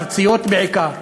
ארציות בעיקר.